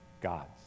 God's